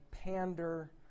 pander